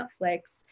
Netflix